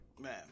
Man